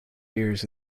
years